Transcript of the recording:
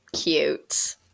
Cute